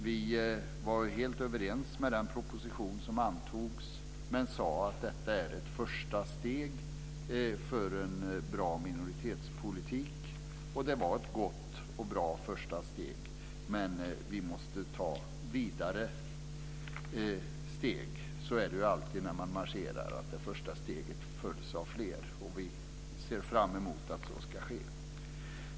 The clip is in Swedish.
Vi var helt överens med den proposition som antogs, men sade att detta är ett första steg för en bra minoritetspolitik. Det var ett bra första steg, men vi måste ta vidare steg. Så är det alltid när man marscherar. Det första steget följs av fler. Vi ser fram emot att så ska ske.